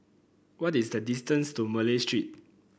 what is the distance to Malay Street